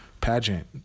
pageant